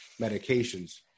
medications